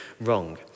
wrong